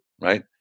Right